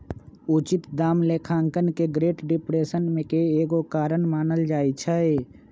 उचित दाम लेखांकन के ग्रेट डिप्रेशन के एगो कारण मानल जाइ छइ